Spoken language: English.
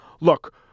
Look